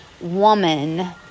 woman